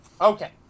Okay